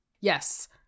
Yes